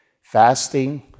fasting